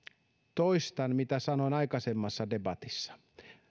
toistan mitä sanoin aikaisemmassa debatissa